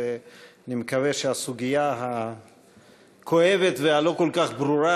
ואני מקווה שהסוגיה הכואבת והלא-כל-כך ברורה